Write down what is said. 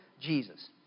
Jesus